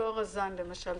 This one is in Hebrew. טוהר הזן למשל.